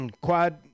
quad